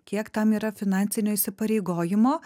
kiek tam yra finansinio įsipareigojimo